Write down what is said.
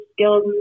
skills